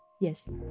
Yes